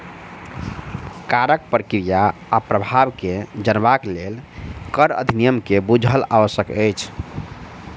करक प्रक्रिया आ प्रभाव के जनबाक लेल कर अधिनियम के बुझब आवश्यक अछि